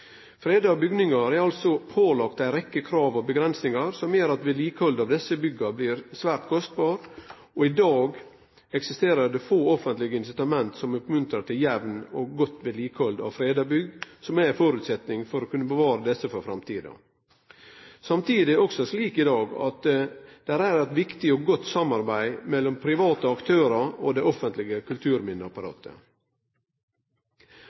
bygningar er altså pålagde ei rekkje krav og avgrensingar som gjer at vedlikehaldet av desse bygga blir svært kostbart, og i dag eksisterer det få offentlege incitament som oppmuntrar til jamt og godt vedlikehald av freda bygg, som er ein føresetnad for å bevare desse for framtida. Samtidig er det også slik i dag at det er eit viktig og godt samarbeid mellom private aktørar og det offentlege